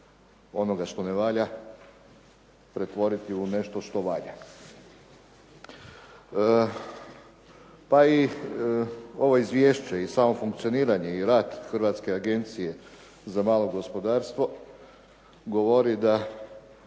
onoga što ne valja, pretvoriti u nešto što valja. Pa i ovo izvješće i samo funkcioniranje i rad Hrvatske agencije za malo gospodarstvo govori da